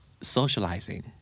socializing